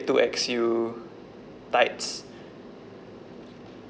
two_X_U tights